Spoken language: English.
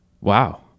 Wow